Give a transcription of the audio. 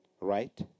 right